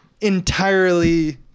entirely